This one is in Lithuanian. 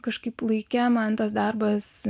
kažkaip laike man tas darbas